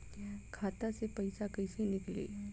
खाता से पैसा कैसे नीकली?